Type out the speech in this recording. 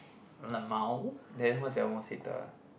lmao then what's your most hated one